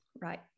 Right